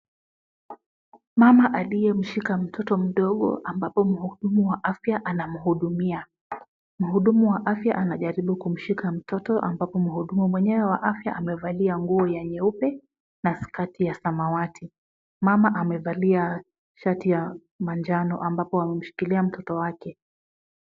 Mama aliyemshika mtoto mdogo ambapo mhudumu wa afya anamhudumia. Mhudumu wa afya anajaribu kumshika mtoto, ambapo mhudumu mwenyewe wa afya amevalia nguo ya nyeupe na skati ya samawati. Mama amevalia shati ya manjano ambapo ameshikilia mtoto wake.